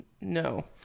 No